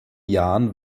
jahren